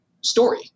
story